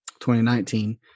2019